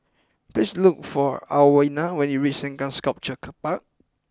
please look for Alwina when you reach Sengkang Sculpture Park